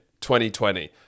2020